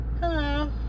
hello